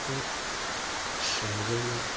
હા શહેરોમાં